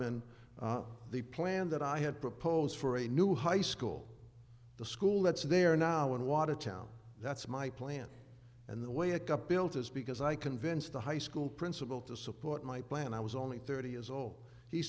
selectman the plan that i had proposed for a new high school the school that's there now in watertown that's my plan and the way a cup built is because i convinced the high school principal to support my plan i was only thirty years old he